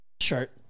Shirt